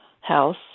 house